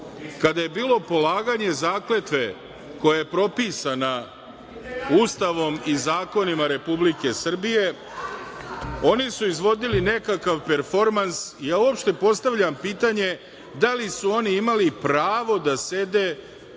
je bilo polaganje zakletve koja je propisana Ustavom i zakonima Republike Srbije oni su izvodili nekakav performans. Uopšte postavljam pitanje da li su oni imali pravo da sede